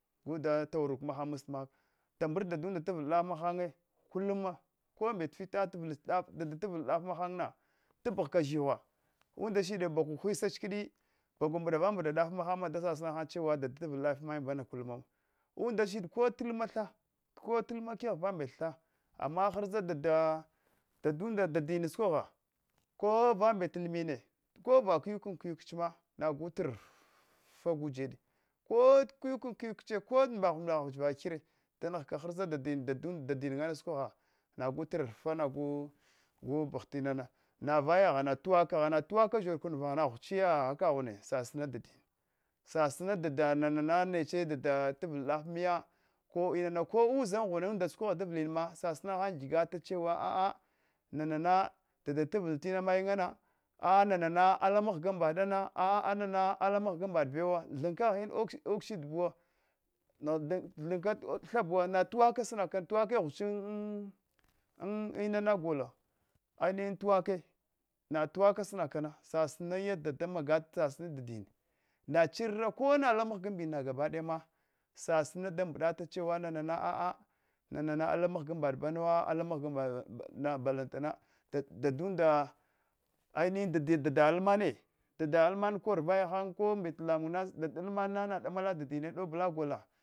Guda tawaruka mahan mstan maka kamar dadunda tavlatanta ɗafe mahanmye kuluma dadin kombe fita taula ɗafa mahan tapghche zhighuna unla shiɗe gwaba ghisache kɗi, gwaba, mbaɗava mbaɗa dafa mehe da sasina han daddinda tavl mahan ɗaf bana kulum t unla shite ko ta lmma tha, kota lmma kegh vambet tha, ama harza dadin da sukogha ko vambet lmmina ko vakiyuk kan kiyuchma nagu toffa gujebe kota kiyukan kiyuche vambet, ko kiyu kan kiyuche ta mɓeghan mɓegh va kire danghka harza dadin ana da sukogha nagu trffa gupgha tinana navaya vaghana tuwek tangh kune, vaghuchiya kekkaghune sasina dadine naneche taul ɗaf miya ko lnana sukogha davlinama sasina chewa, gita chewa a. A nana dadinda tavl tinana mayinnyena, a nana ala mghga mɓaɗan, nana ala mghga mɓaɗbawa thinkkaghin ogshile buwo thinka tha buwo, na tuwaka sininkana tulakya ghuchi an lnang gola ainihi tuwakya natuwaka snakana sasina yada-damagata sasina dadine nadurra kona ala mghga mbin gaba ɗayana sasina danɓaɗachewa nina aa nana ala mghga mɓaɗabewo a ala mghga mɓaɗana balantana na dadunda ginihin dada almanne, dada alman korvaya han ko vambete lamung dada alamare na ɗamala dadine ɗabola gola